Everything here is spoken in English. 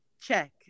Check